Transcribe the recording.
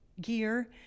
gear